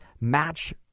match